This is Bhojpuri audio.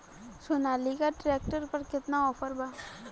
सोनालीका ट्रैक्टर पर केतना ऑफर बा?